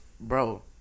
Bro